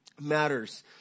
Matters